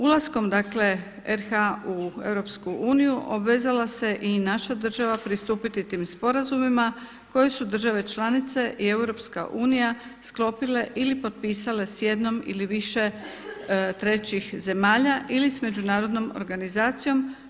Ulaskom dakle RH u EU obvezala se i naša država pristupiti tim sporazumima koji su države članice i EU sklopile ili potpisale s jednom ili više treći zemalja ili s Međunarodnom organizacijom.